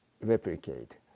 Replicate